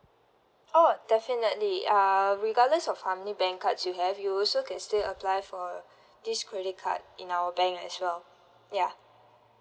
oh definitely uh regardless of how many bank cards you have you also can still apply for this credit card in our bank as well ya